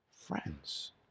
Friends